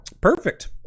Perfect